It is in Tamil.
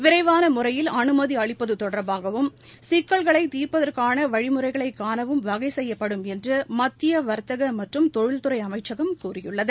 விரைவான முறையில் அனுமதி அளிப்பது தொடர்பாகவும் சிக்கல்களை தீர்ப்பதற்கான வழிமுறைகளைக் காணவும் வகை செய்யப்படும் என்று மத்திய வர்த்தக மற்றும் தொழில்துறை அமைச்சகம் கூறியுள்ளது